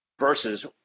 versus